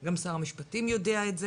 וגם שר המשפטים יודע את זה